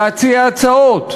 להציע הצעות.